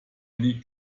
liegt